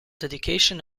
dedication